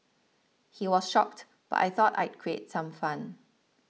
he was shocked but I thought I'd create some fun